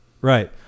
right